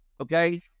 okay